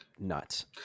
nuts